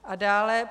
A dále.